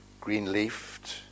green-leafed